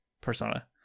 persona